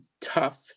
tough